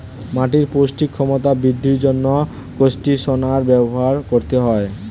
মাটির পৌষ্টিক ক্ষমতা বৃদ্ধির জন্য কন্ডিশনার ব্যবহার করতে হয়